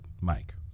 Mike